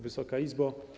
Wysoka Izbo!